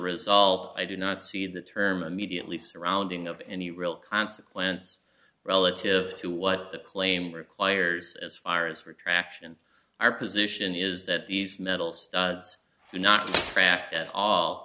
result i do not see the term immediately surrounding of any real consequence relative to what the claim requires as far as retraction our position is that these metal